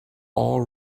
all